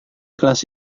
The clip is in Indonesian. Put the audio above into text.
kelas